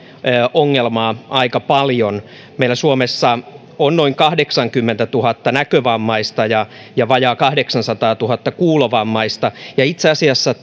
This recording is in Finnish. ongelmaa aika paljon meillä suomessa on noin kahdeksankymmentätuhatta näkövammaista ja ja vajaa kahdeksansataatuhatta kuulovammaista ja itse asiassa